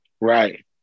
Right